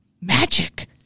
magic